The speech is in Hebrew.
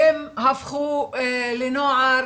הם הפכו לנוער,